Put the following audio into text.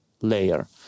layer